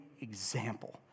example